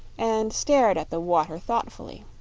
and stared at the water thoughtfully.